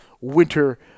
winter